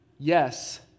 Yes